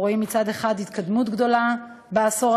אנחנו רואים מצד אחד התקדמות גדולה בעשור